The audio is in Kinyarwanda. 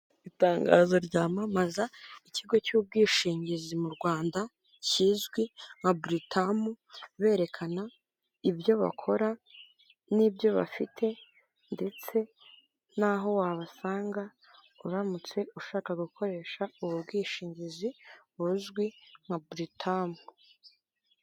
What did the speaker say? Itangazo ryamamaza ikigo cy'ubwishingizi mu Rwanda kizwi nka buritamu berekana ibyo bakora n'ibyo bafite, ndetse n'aho wabasanga uramutse ushaka gukoresha ubu bwishingizi buzwi nka buritamu.